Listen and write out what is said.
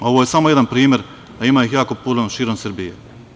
Ovo je samo jedan primer, a ima ih jako puno širom Srbije.